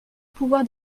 pouvoir